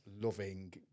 loving